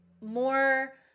More